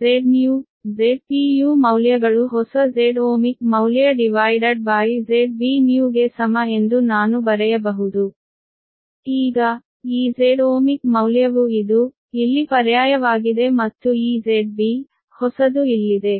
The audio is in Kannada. Z new Zpu ಮೌಲ್ಯಗಳು ಹೊಸವು Z ohmic ಮೌಲ್ಯ ZBnew ಗೆ ಸಮ ಎಂದು ನಾನು ಬರೆಯಬಹುದು ಈಗ ಈ Z ohmic ಮೌಲ್ಯವು ಇದು ಇಲ್ಲಿ ಪರ್ಯಾಯವಾಗಿದೆ ಮತ್ತು ಈ ZB ಹೊಸದು ಇಲ್ಲಿದೆ